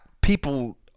people